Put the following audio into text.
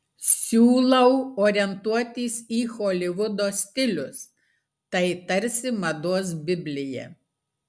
siūlau orientuotis į holivudo stilius tai tarsi mados biblija